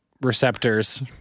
receptors